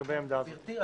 גברתי,